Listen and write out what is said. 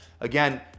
Again